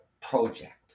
project